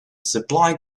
supply